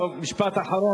טוב, משפט אחרון.